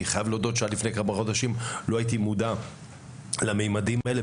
אני חייב להודות שעד לפני כמה חודשים לא הייתי מודע לממדים האלה,